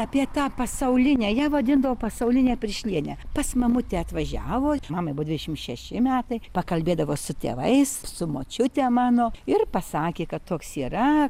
apie tą pasaulinę ją vadindavo pasauline piršliene pas mamutę atvažiavo mamai buvo dvidešim šeši metai pakalbėdavo su tėvais su močiute mano ir pasakė kad toks yra